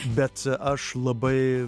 bet aš labai